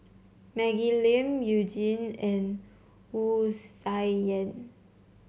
Maggie Lim You Jin and Wu Tsai Yen